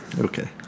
Okay